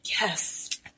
Yes